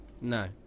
No